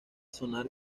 sonar